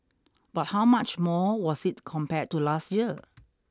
but how much more was it compared to last year